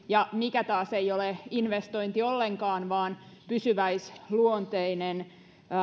ja mikä taas ei ole investointi ollenkaan vaan pysyväisluonteinen